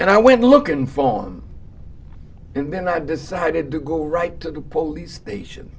and i went looking phone and then i decided to go right to the police station